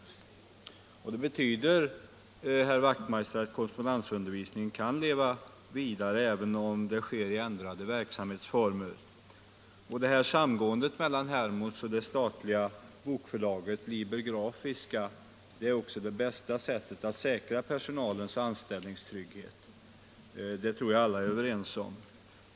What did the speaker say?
227 Det betyder, herr Wachtmeister, att korrespondensundervisningen kan leva vidare, även om det sker i ändrade verksamhetsformer. Samgåendet mellan Hermods och det statliga bokförlaget Liber Grafiska är också det bästa sättet att säkra personalens anställningstrygghet. Det tror jag alla är överens om.